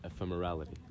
Ephemerality